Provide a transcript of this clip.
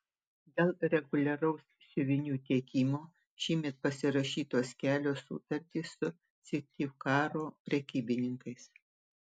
dėl reguliaraus siuvinių tiekimo šiemet pasirašytos kelios sutartys su syktyvkaro prekybininkais